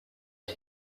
the